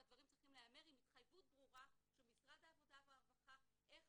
הדברים צריכים להיאמר עם התחייבות ברורה של משרד העבודה והרווחה איך